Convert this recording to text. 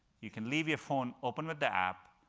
you can leave your phone open with the app,